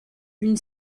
une